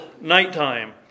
nighttime